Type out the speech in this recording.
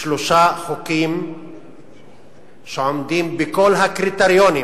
שלושה חוקים שעומדים בכל הקריטריונים